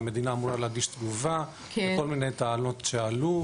המדינה אמורה להגיש תגובה על כל מיני טענות שעלו.